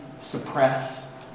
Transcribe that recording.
suppress